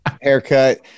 haircut